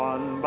One